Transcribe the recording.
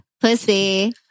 Pussy